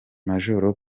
major